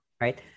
right